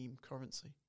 currency